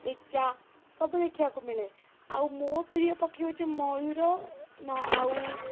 ପେଚା ସବୁ ଦେଖିବାକୁ ମିଳେ ଆଉ ମୋ ପ୍ରିୟ ପକ୍ଷୀ ହେଉଛି ମୟୂର ନା ଆଉ